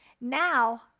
Now